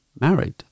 married